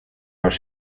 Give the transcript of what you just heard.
los